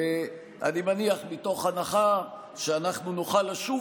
אני מניח מתוך הנחה שאנחנו נוכל לשוב